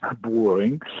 boring